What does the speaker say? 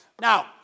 Now